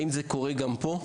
האם זה קורה גם פה?